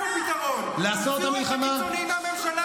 הצענו פתרון: תוציאו את הקיצוניים מהממשלה